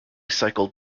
cycled